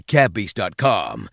Catbeast.com